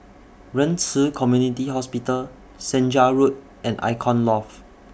Ren Ci Community Hospital Senja Road and Icon Loft